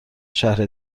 شهر